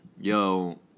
yo